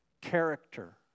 character